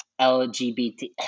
LGBT